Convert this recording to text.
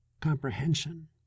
comprehension